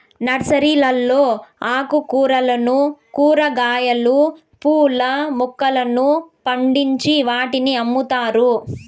నర్సరీలలో ఆకుకూరలను, కూరగాయలు, పూల మొక్కలను పండించి వాటిని అమ్ముతారు